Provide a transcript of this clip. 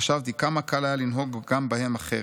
חשבתי: כמה קל היה לנהוג גם בהם אחרת.